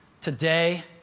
Today